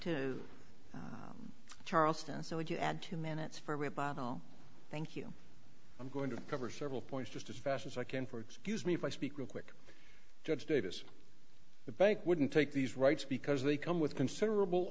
o charleston so if you add two minutes for rebuttal thank you i'm going to cover several points just as fast as i can for excuse me if i speak real quick judge davis the bank wouldn't take these rights because they come with considerable